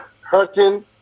hurting